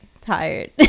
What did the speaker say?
tired